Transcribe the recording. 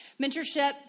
mentorship